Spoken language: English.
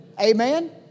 Amen